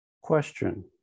Question